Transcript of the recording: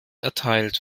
erteilt